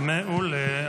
מעולה.